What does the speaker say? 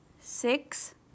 six